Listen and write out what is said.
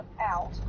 out